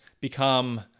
become